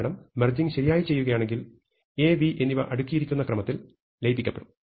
കാരണം മെർജിങ് ശരിയായി ചെയ്യുകയാണെങ്കിൽ A B എന്നിവ അടുക്കിയിരിക്കുന്ന ക്രമത്തിൽ ലയിപ്പിക്കപ്പെടും